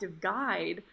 guide